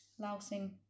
lousing